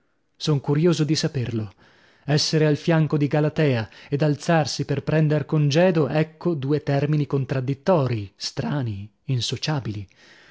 son curioso di saperlo essere al fianco di galatea ed alzarsi per prender congedo ecco due termini contradditorii strani insociabili